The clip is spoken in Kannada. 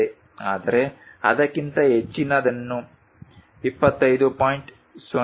ಆದರೆ ಅದಕ್ಕಿಂತ ಹೆಚ್ಚಿನದನ್ನು 25